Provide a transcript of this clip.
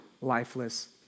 lifeless